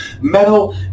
metal